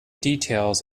details